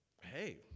hey